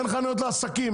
אין חניות לעסקים,